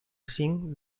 cinc